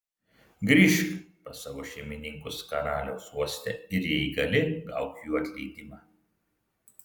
grįžk pas savo šeimininkus karaliaus uoste ir jei gali gauk jų atleidimą